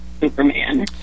Superman